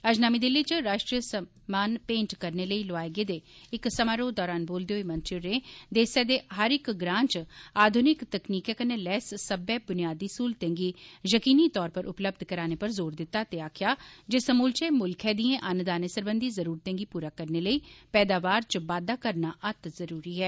अज्ज नमीं दिल्ली च राष्ट्रीय सम्मान मेंट करने लेई लोआए गेदे इक समारोह दौरान बोलदे होई मंत्री होरें देसै दे हर इक ग्रां च आधुनिक तकनीकें कन्नै लैस सब्बै बुनियादी सहूलतें गी यकीनी तौरा पर उपलब्ध कराने पर जोर दिता ते आक्खेआ जे समूलचे मुलखै दिएं अन्नदाने सरबंधी जरुरतें गी पूरा करने लेई पैदावार बी बाददा करना बी अत्त जरूरी ऐ